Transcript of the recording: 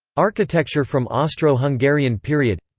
architecture from austro-hungarian period